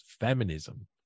feminism